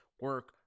Work